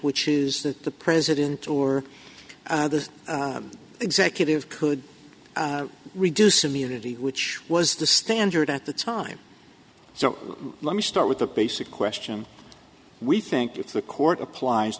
which is that the president or the executive could reduce immunity which was the standard at the time so let me start with the basic question we think if the court applies